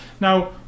now